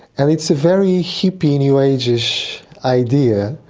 and it's a very hippie, new-ageish idea.